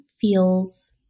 feels